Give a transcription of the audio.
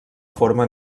forma